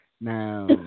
Now